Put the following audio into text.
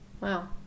Wow